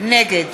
נגד